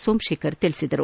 ಸೋಮಶೇಖರ್ ಹೇಳಿದರು